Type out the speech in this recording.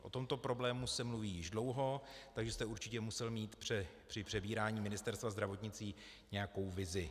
O tomto problému se mluví již dlouho, takže jste určitě musel mít při přebírání Ministerstva zdravotnictví nějakou vizi.